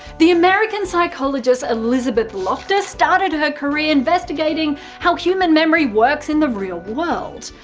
the american psychologist elizabeth loftus started her career investigating how human memory works in the real world.